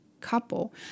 couple